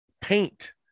paint